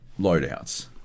loadouts